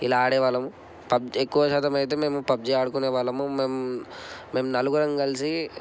ఇలా ఆడే వాళ్ళము పబ్ ఎక్కువ శాతం అయితే మేము పబ్జీ ఆడుకునే వాళ్ళము మేం మేము నలుగురం కలిసి